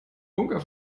bunker